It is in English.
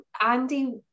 Andy